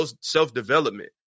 self-development